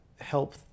help